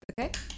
okay